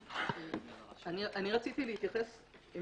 אני רציתי להתייחס לפני כן,